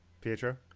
Pietro